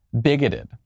bigoted